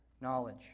knowledge